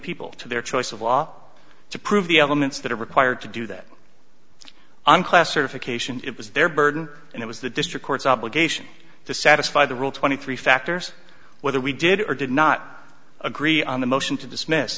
people to their choice of law to prove the elements that are required to do that on class certification it was their burden and it was the district court's obligation to satisfy the rule twenty three factors whether we did or did not agree on the motion to dismiss